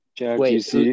Wait